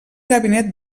gabinet